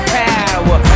power